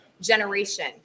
generation